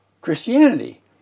Christianity